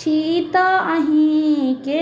छी तऽ अहींके